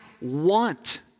want